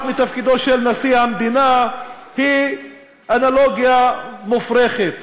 מתפקידו של נשיא המדינה היא אנלוגיה מופרכת.